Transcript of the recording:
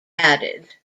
added